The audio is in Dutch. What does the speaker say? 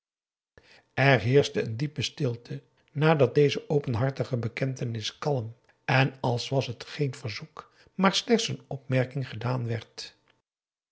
er heerschte een diepe stilte nadat deze openhartige bekentenis kalm en als was het geen verzoek maar slechts een opmerking gedaan werd